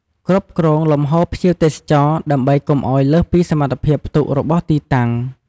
គ្រប់គ្រងលំហូរភ្ញៀវទេសចរ ដើម្បីកុំឱ្យលើសពីសមត្ថភាពផ្ទុករបស់ទីតាំង។